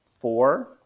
four